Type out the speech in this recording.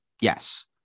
yes